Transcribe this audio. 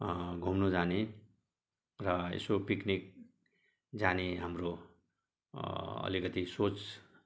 घुम्नु जाने र यसो पिकनिक जाने हाम्रो अलिकति सोच